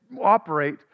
operate